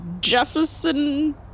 Jefferson